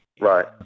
Right